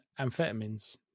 amphetamines